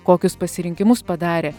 kokius pasirinkimus padarė